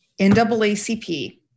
NAACP